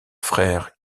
frère